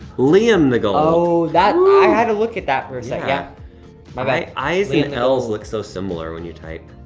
liam the gold. oh, that, i had to look at that for sec, yeah, my bad. i's and l's look so similar when you type,